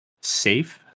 safe